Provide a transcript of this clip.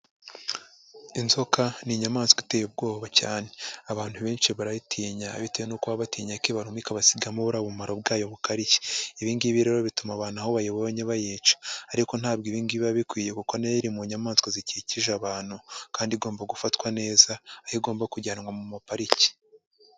Inzoka ni inyamaswa iteye ubwoba cyane, abantu benshi barayitinya bitewe no baba batinya ko ibaruma ikabasigamo buriya bumara bwayo bukarishye, ibi ngibi rero bituma abantu aho bayibonye bayica ariko ntabwo ibi ngibi biba bikwiye kuko nayo iri mu nyamaswa zikikije abantu kandi igomba gufatwa neza aho igomba kujyanwa mu maparike.